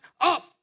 up